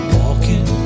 walking